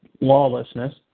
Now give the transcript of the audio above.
lawlessness